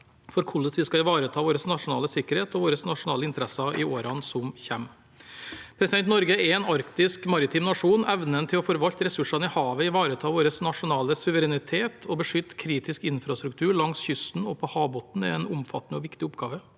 for hvordan vi skal ivareta vår nasjonale sikkerhet og våre nasjonale interesser i årene som kommer. Norge er en arktisk, maritim nasjon. Evnen til å forvalte ressursene i havet, ivareta vår nasjonale suverenitet og beskytte kritisk infrastruktur langs kysten og på havbunnen er en omfattende og viktig oppgave.